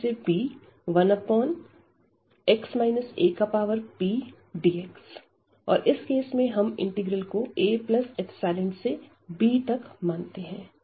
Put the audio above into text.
aϵb1x apdx और इस case में हम इंटीग्रल को aϵ से b तक मानते हैं